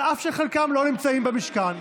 אף שחלקם לא נמצאים במשכן.